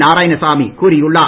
நாராயணசாமி கூறியுள்ளார்